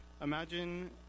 Imagine